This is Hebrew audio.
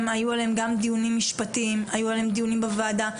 היו עליהן דיונים משפטיים ודיונים בוועדה.